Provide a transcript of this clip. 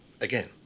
again